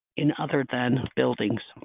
in other than buildings.